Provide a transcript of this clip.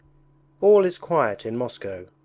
all is quiet in moscow.